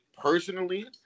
Personally